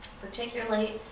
particularly